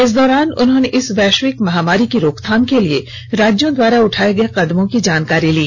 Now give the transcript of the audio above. इस दौरान उन्होंने इस वैष्विक महामारी की रोकथाम के लिए राज्यों द्वारा उठाये गये कदमों की जानकारी ली